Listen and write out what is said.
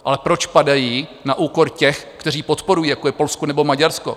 Ale proč padají na úkor těch, kteří podporují, jako je Polsko nebo Maďarsko?